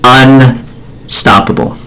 unstoppable